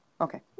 okay